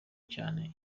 cyane